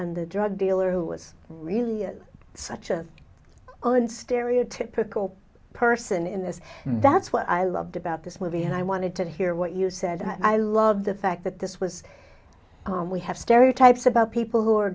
and the drug dealer who was really at such an on stereotypical person in this that's what i loved about this movie and i wanted to hear what you said i love the fact that this was we have stereotypes about people who are